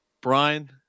Brian